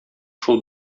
шул